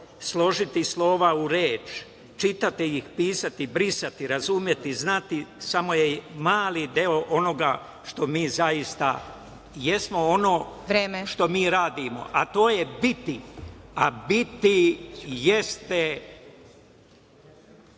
složiti slova u reč, čitati, pisati, brisati, razumeti, znati, samo je mali deo onoga što mi zaista jesmo, ono što mi radimo, a to je biti, a biti jeste…